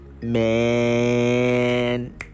man